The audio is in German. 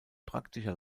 praktischer